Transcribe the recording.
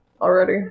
already